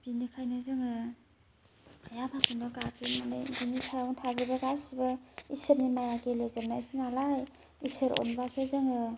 बिनिखायनो जोङो आइ आफाखौनो गाबज्रिनानै बिनि सायावनो थाजोबो गासिबो ईसोरनि माया गेलेजोबनायसो नालाय ईसोर अनबासो जोङो